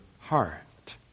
heart